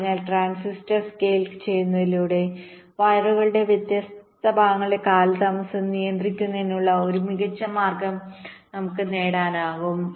അതിനാൽ transistor scale ചെയ്യുന്നതിലൂടെ വയറുകളുടെ വ്യത്യസ്ത ഭാഗങ്ങളുടെ കാലതാമസം നിയന്ത്രിക്കുന്നതിനുള്ള ഒരു മികച്ച മാർഗ്ഗം നമുക്ക് നേടാനാകും